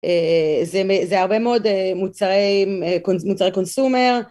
אה אה זה הרבה מאוד מוצרי קונסומר.